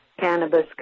cannabis